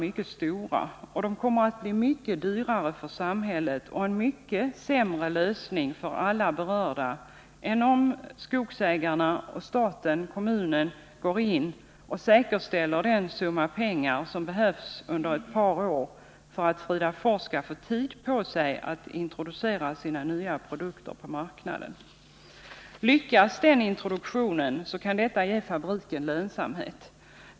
Det skulle alltså bli mycket dyrare för samhället och innebära en mycket sämre lösning för alla som berörs av en sådan nedskärning än om Skogsägarna, staten och kommunen under ett par år går in och säkerställer den summa som behövs för att Fridafors skall kunna introducera sina nya produkter på marknaden. Lyckas den introduktionen kan fabriken bli lönsam.